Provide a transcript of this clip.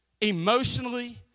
emotionally